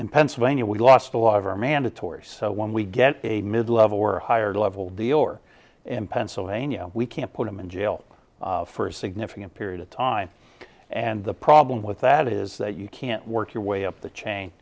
in pennsylvania we lost a lot of our mandatory so when we get a mid level or higher level dealer in pennsylvania we can put him in jail for a significant period of time and the problem with that is that you can't work your way up the chain